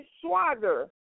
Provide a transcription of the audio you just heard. swagger